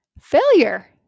failure